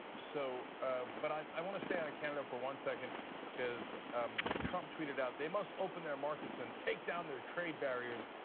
so ah but i want to stay on canada for one second because um trump tweeted out they must open their markets and take down their trade barriers,